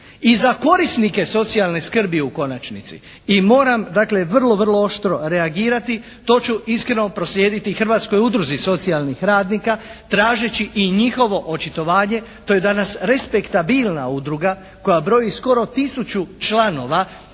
i za korisnike socijalne skrbi u konačnici. I moram dakle vrlo, vrlo oštro reagirati. To ću iskreno proslijediti Hrvatskoj udruzi socijalnih radnika, tražeći i njihovo očitovanje. To je danas respektabilna udruga koja broji skoro tisuću članova